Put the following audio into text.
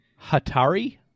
Hatari